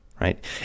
right